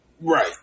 Right